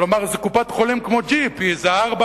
כלומר זאת קופת-חולים כמו ג'יפ 4x4,